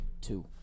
Two